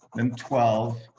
and twelve,